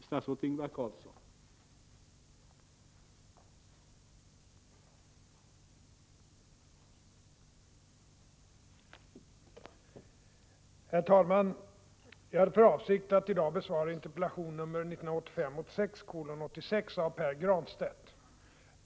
Jag hade för avsikt att i dag besvara interpellation 1985/86:86 av Pär Granstedt.